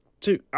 two